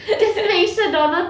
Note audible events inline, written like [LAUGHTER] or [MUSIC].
[LAUGHS]